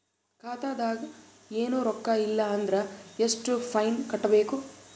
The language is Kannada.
ಖಾತಾದಾಗ ಏನು ರೊಕ್ಕ ಇಲ್ಲ ಅಂದರ ಎಷ್ಟ ಫೈನ್ ಕಟ್ಟಬೇಕು?